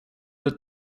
ett